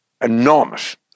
Enormous